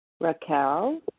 Raquel